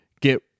get